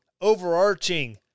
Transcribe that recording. overarching